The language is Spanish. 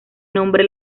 nombre